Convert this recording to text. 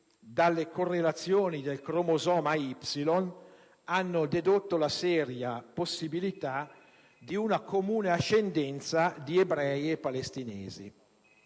dalle correlazioni del cromosoma Y hanno dedotto la seria possibilità di una comune ascendenza di ebrei e palestinesi.